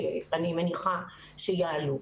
שאני מניחה שיעלו.